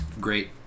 great